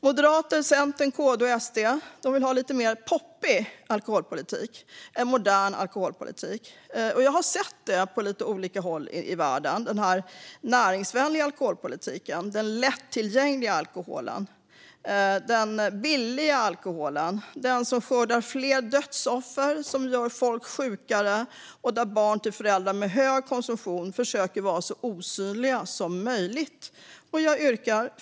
Moderaterna, Centern, KD och SD vill ha en lite poppigare alkoholpolitik, en modern alkoholpolitik. Jag har sett detta på lite olika håll i världen - den näringsvänliga alkoholpolitiken och den lättillgängliga och billiga alkoholen. Den skördar fler dödsoffer och gör folk sjukare, och barn till föräldrar med hög konsumtion försöker vara så osynliga som möjligt. Fru talman!